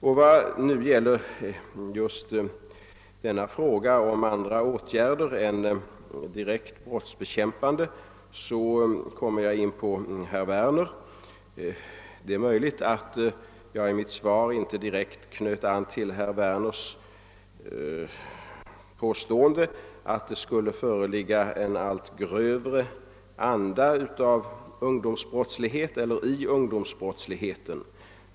När det sedan gäller frågan om andra åtgärder än de direkt brottsbekämpande vänder jag mig till herr Werner. Det är möjligt att jag i mitt svar inte direkt knöt an till herr Werners påstående att det skulle föreligga en allt grövre anda i ungdomsbrottsligheten.